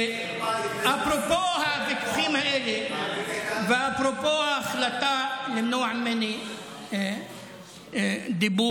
אפרופו הוויכוחים האלה ואפרופו ההחלטה למנוע ממני דיבור,